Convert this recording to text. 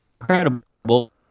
incredible